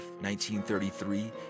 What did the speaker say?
1933